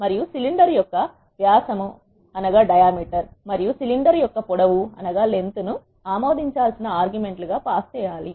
మరియు సిలిండర్ యొక్క వ్యాసం మరియు సిలిండర్ యొక్క పొడవు ను ఆమోదించాల్సిన ఆర్గ్యుమెంట్ లు గా పాస్ చేయాలి